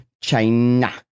China